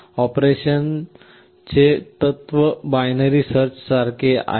ऑपरेशनचे तत्त्व बायनरी सर्चसारखेच आहे